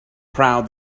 proud